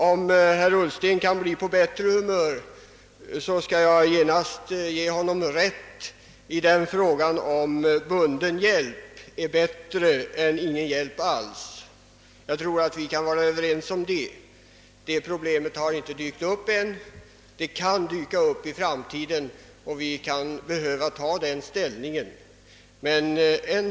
Om det kan bidraga till att herr Ullsten blir på bättre humör skall jag genast ge honom rätt i att bunden hjälp är bättre än ingen hjälp alls. Det problemet har inte dykt upp på allvar ännu men det kan dyka upp i framtiden, och då kanske vi måste ta ställning till det.